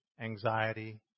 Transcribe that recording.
anxiety